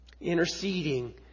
interceding